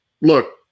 Look